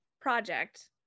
project